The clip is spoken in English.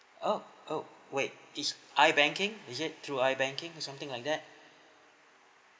oh oh wait this i banking is it through i banking or something like that